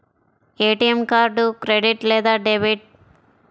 ATM card credit లేదా debit?